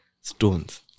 Stones